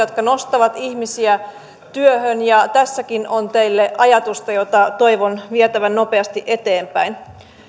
jotka nostavat ihmisiä työhön ja tässäkin on teille ajatusta jota toivon vietävän nopeasti eteenpäin